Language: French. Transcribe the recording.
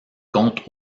compte